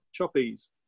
choppies